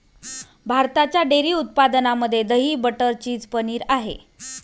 भारताच्या डेअरी उत्पादनामध्ये दही, बटर, चीज, पनीर आहे